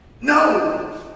No